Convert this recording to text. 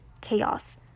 chaos